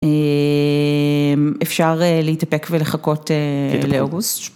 אפשר להתאפק ולחכות לאוגוסט.